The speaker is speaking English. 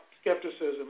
skepticism